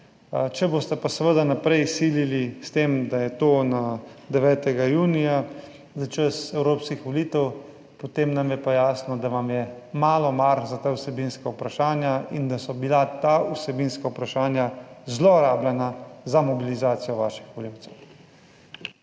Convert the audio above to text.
Če boste pa seveda naprej silili s tem, da je to na 9. junija, za čas evropskih volitev. Potem nam je pa jasno, da vam je malo mar za ta vsebinska vprašanja in da so bila ta vsebinska vprašanja zlorabljena za mobilizacijo vaših volivcev.